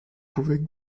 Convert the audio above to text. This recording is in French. pouvait